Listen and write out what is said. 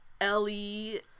Ellie